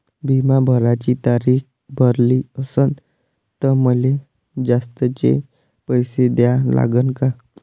बिमा भराची तारीख भरली असनं त मले जास्तचे पैसे द्या लागन का?